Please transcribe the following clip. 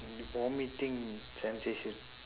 for meeting sensation